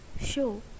show